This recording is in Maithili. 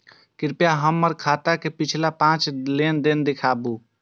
कृपया हमरा हमर खाता के पिछला पांच लेन देन दिखाबू